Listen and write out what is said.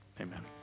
Amen